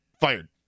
Fired